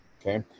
Okay